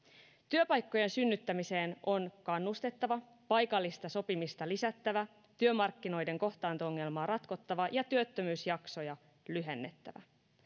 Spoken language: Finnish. työpaikkojen synnyttämiseen on kannustettava paikallista sopimista lisättävä työmarkkinoiden kohtaanto ongelmaa ratkottava ja työttömyysjaksoja lyhennettävä